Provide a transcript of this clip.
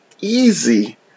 easy